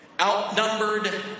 outnumbered